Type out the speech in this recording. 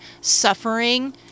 suffering